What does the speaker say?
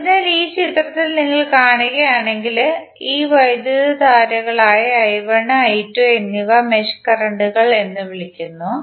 അതിനാൽ ഈ ചിത്രത്തിൽ നിങ്ങൾ കാണുകയാണെങ്കിൽ ഈ വൈദ്യുതധാരകളായ എന്നിവ മെഷ് കറന്റുകൾ എന്ന് വിളിക്കുന്നു